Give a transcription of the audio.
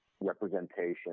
representation